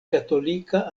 katolika